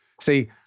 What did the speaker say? See